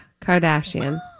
Kardashian